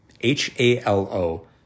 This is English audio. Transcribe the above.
H-A-L-O